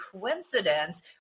coincidence